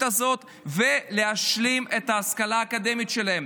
הזאת ולהשלים את ההשכלה האקדמית שלהם.